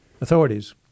authorities